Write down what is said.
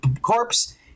corpse